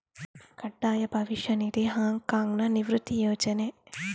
ಕಡ್ಡಾಯ ಭವಿಷ್ಯ ನಿಧಿ, ಹಾಂಗ್ ಕಾಂಗ್ನ ನಿವೃತ್ತಿ ಯೋಜನೆ